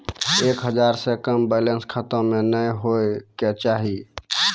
एक हजार से कम बैलेंस खाता मे नैय होय के चाही